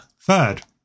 Third